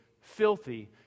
filthy